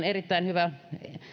erittäin hyvä